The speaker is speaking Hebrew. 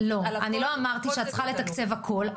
--- אני לא אמרתי שאתם צריכים לתקצב הכל,